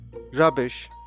Rubbish